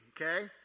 Okay